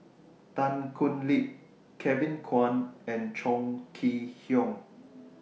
Tan Thoon Lip Kevin Kwan and Chong Kee Hiong